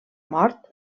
mort